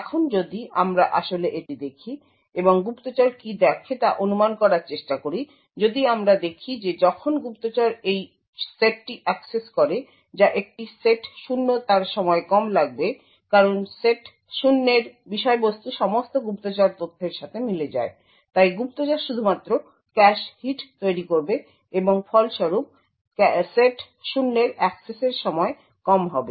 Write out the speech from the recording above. এখন যদি আমরা আসলে এটি দেখি এবং গুপ্তচর কি দেখে তা অনুমান করার চেষ্টা করি যদি আমরা দেখি যে যখন গুপ্তচর এই সেটটি অ্যাক্সেস করে যা একটি সেট 0 তার সময় কম লাগবে কারণ সেট 0 এর বিষয়বস্তু সমস্ত গুপ্তচর তথ্যের সাথে মিলে যায় এবং তাই গুপ্তচর শুধুমাত্র ক্যাশ হিট তৈরী করবে এবং ফলস্বরূপ সেট 0 এর অ্যাক্সেসের সময় কম হবে